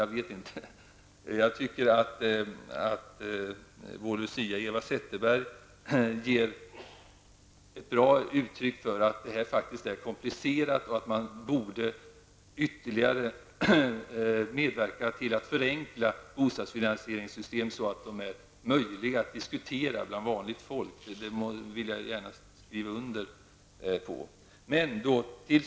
Dagens lucia Eva Zetterberg ger ett bra uttryck för att det här faktiskt är komplicerat och att man borde medverka till att ytterligare förenkla bostadsfinansieringssystemen, så att de är möjliga att diskutera bland vanligt folk. Det vill jag gärna skriva under på.